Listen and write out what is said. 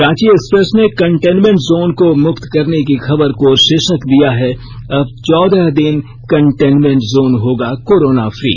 Ranchi Express ने containment zone को मुक्त करने की खबर को शीर्षक दिया है अब चौदह दिन कंटेनमेंट जोन होगा कोरोना फ्री